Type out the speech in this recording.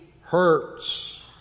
hurts